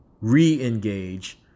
re-engage